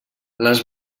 les